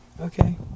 okay